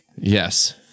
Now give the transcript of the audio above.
Yes